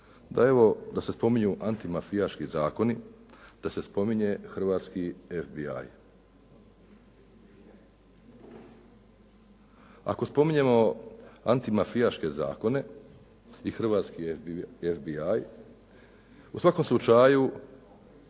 da se spominju anti mafijaški zakoni, da se spominje hrvatski FBI. Ako spominjemo anti mafijaške zakone i hrvatski FBI u svakom slučaju